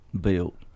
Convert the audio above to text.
built